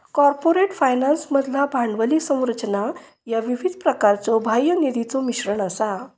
corporate फायनान्समधला भांडवली संरचना ह्या विविध प्रकारच्यो बाह्य निधीचो मिश्रण असा